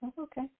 Okay